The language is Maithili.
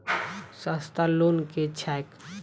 सस्ता लोन केँ छैक